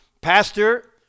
Pastor